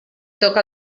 toca